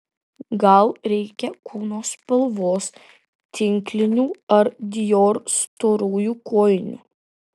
gal reikia kūno spalvos tinklinių ar dior storųjų kojinių